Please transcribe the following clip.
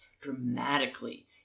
dramatically